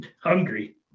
hungry